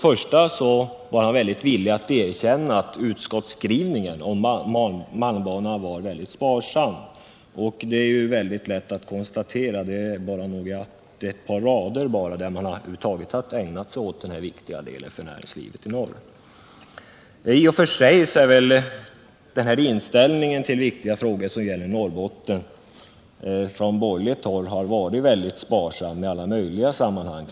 Han var villig att erkänna att utskottets skrivning om malmbanan var sparsam. Det är lätt att konstatera detta, eftersom man ägnat endast ett par rader åt denna för näringslivet i norr viktiga bana. I och för sig har väl inställningen till viktiga frågor som gäller Norrbotten varit mycket sparsam i alla möjliga sammanhang.